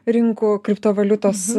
rinkų kriptovaliutos